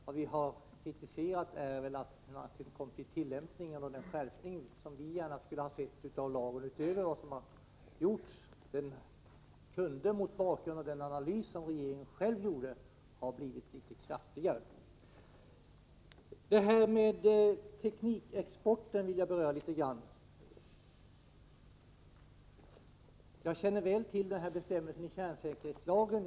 Vad vi har kritiserat är tillämpningen av lagen och att den skärpning av lagen som vi gärna skulle ha sett, mot bakgrund av den analys som regeringen själv har gjort, inte blev litet kraftigare. Jag vill något beröra teknikexporten. Jag känner väl till bestämmelsen i kärnsäkerhetslagen.